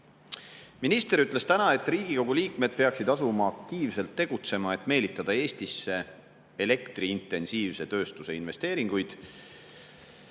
Minister ütles täna, et Riigikogu liikmed peaksid asuma aktiivselt tegutsema, et meelitada Eestisse elektriintensiivse tööstuse investeeringuid.